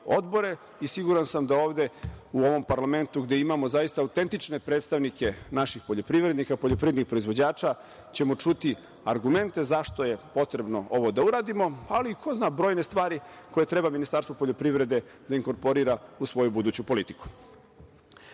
i siguran sam da ovde u ovom parlamentu gde imamo zaista autentične predstavnike naših poljoprivrednika, poljoprivrednih proizvođača, ćemo čuti argumente zašto je potrebno ovo da uradimo, ali, ko zna, brojne stvari koje treba Ministarstvo poljoprivrede da inkorporira u svoju buduću politiku. Što